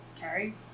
Carrie